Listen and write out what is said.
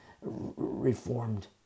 Reformed